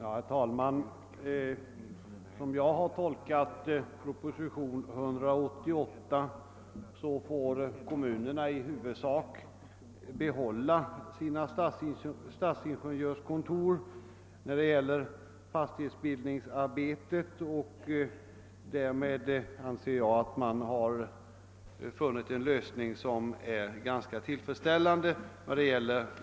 Herr talman. Som jag har tolkat propositionen 188 får kommunerna i huvudsak behålla sina stadsingenjörskontor för fastighetsbildningsarbete, och därmed anser jag att man har funnit en ganska tillfredsställande lösning.